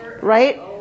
right